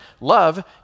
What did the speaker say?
Love